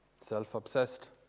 self-obsessed